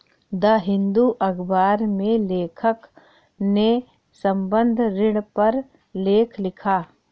the Hindu अखबार में लेखक ने संबंद्ध ऋण पर लेख लिखा